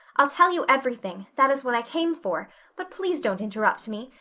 i'll tell you everything. that is what i came for but please don't interrupt me.